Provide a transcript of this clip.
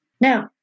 now